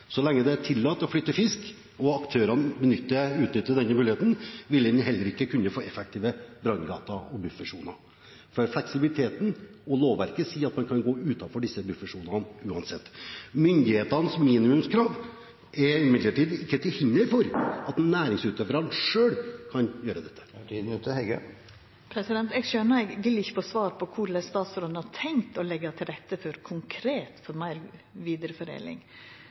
Så lenge det er tillatt å flytte fisk, og aktørene utnytter denne muligheten, vil en heller ikke kunne få effektive branngater og buffersoner, for fleksibiliteten og lovverket sier at man kan gå utenfor disse buffersonene uansett. Myndighetenes minimumskrav er imidlertid ikke til hinder for at næringsutøverne selv kan gjøre dette. Eg skjønar at eg ikkje vil få svar på korleis statsråden konkret har tenkt å leggja til rette for